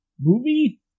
Movie